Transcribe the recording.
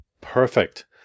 perfect